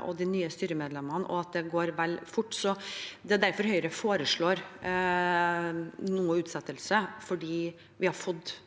og de nye styremedlemmene, og at det går vel fort. Det er derfor Høyre foreslår noe utsettelse, for vi har fått